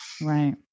Right